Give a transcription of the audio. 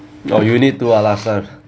oh you need to ah last time